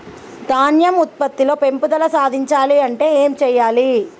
ధాన్యం ఉత్పత్తి లో పెంపుదల సాధించాలి అంటే ఏం చెయ్యాలి?